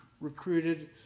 recruited